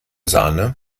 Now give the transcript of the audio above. sahne